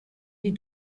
die